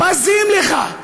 בזים לך.